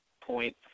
point